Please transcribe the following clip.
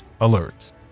alerts